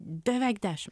beveik dešim